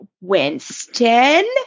Winston